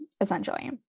essentially